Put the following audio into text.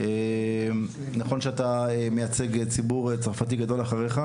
נכון שאתה מייצג ציבור צרפתי גדול אחריך,